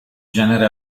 genere